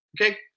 Okay